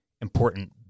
important